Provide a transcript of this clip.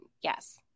Yes